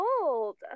cold